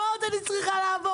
מה עוד אני צריכה לעבור,